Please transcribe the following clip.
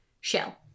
shell